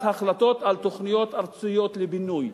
החלטות על תוכניות ארציות לבינוי,